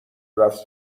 رفت